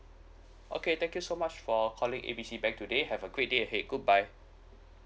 okay thank you so much for calling A B C bank today have a great day ahead goodbye